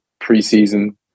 preseason